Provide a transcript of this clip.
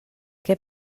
què